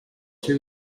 two